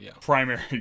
primary